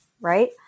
right